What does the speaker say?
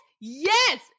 Yes